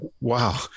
wow